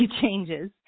changes